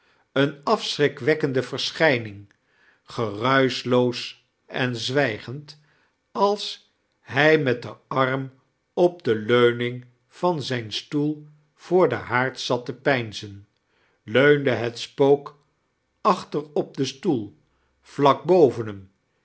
eene afsehrikwekkende versomjning geruischloos en zwijgend als hij met den arm op de leuning van zijn sitoel voce den haard zat te peinzen leunde het spook achter op den stoel vlak boven